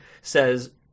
says